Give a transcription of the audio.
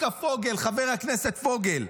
חבר הכנסת פוגל,